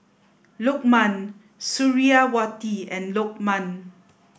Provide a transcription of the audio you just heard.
Lukman Suriawati and Lokman